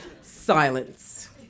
Silence